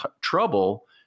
trouble